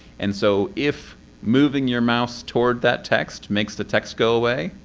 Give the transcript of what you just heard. and so if moving your mouse toward that text makes the text go away,